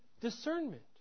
discernment